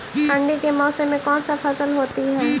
ठंडी के मौसम में कौन सा फसल होती है?